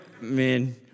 Man